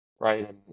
right